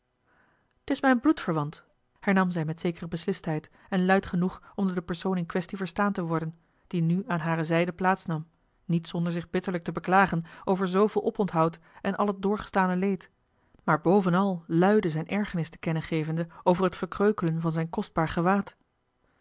t is mijn bloedverwant hernam zij met zekere beslistheid en luid genoeg om door den persoon in quaestie verstaan te worden die nu aan hare zijde plaats nam niet zonder zich bitterlijk te beklagen over zooveel oponthoud en al het doorgestane leed maar bovenal luide zijne ergernis te kennen gevende over t verkreukelen van zijn kostbaar gewaad